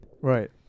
Right